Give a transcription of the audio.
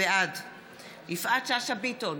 בעד יפעת שאשא ביטון,